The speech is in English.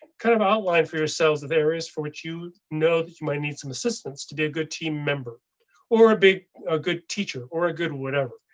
kind of outline for yourselves areas for which you. you know that you might need some assistance today. good team member or a big a good teacher or a good whatever.